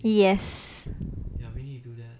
yes